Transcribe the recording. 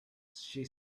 she